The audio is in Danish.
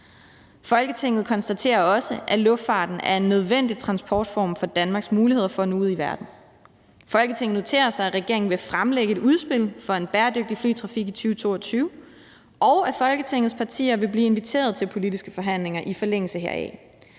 Folketinget konstaterer også, at luftfarten er en nødvendig transportform for Danmarks muligheder for at nå ud i verden. Folketinget noterer sig, at regeringen vil fremlægge et udspil for en bæredygtig flytrafik i 2022, og at Folketingets partier vil blive inviteret til politiske forhandlinger i forlængelse heraf.